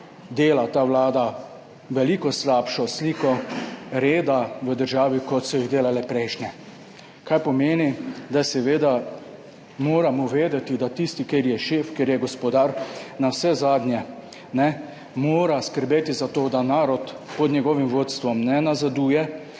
dela ta vlada veliko slabšo, sliko reda v državi, kot so jih delale prejšnje. Kar pomeni, da seveda moramo vedeti, da tisti, ki je šef, ki je gospodar, navsezadnje mora skrbeti za to, da narod pod njegovim vodstvom ne nazaduje,